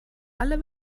alle